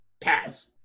Pass